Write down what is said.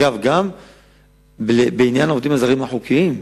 גם בעניין העובדים הזרים החוקיים.